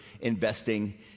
investing